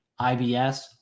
IBS